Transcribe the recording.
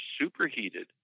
superheated